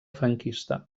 franquista